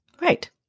Right